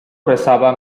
rezaba